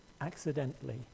accidentally